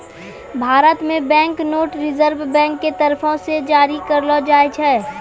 भारत मे bank note reserve bank के तरफो से जारी करलो जाय छै